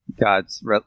God's